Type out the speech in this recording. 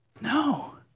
No